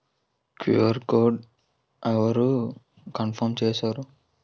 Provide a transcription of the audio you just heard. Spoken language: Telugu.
క్యు.ఆర్ కోడ్ అవరు కన్ఫర్మ్ చేస్తారు?